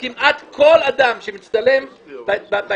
כמעט כל אדם שמצטלם בעיתונות,